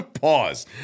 Pause